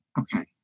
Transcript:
okay